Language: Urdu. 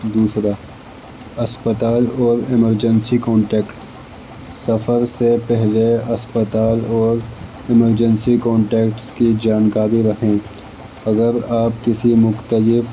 دوسرا اسپتال اور ایمرجنسی کانٹیکٹس سفر سے پہلے اسپتال اور ایمرجنسی کانٹیکٹس کی جانکاری رکھیں اگر آپ کسی مختلف